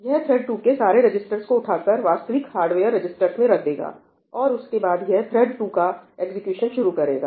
यह थ्रेड 2 के सारे रजिस्टर्स को उठाकर वास्तविक हार्डवेयर रजिस्टर्स में रख देगा और उसके बाद यह थ्रेड 2 का एग्जीक्यूशन शुरू करेगा